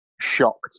shocked